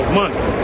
months